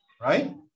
right